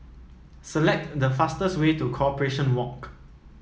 select the fastest way to Corporation Walk